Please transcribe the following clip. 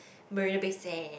Marina-Bay-Sands